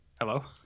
Hello